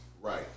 Right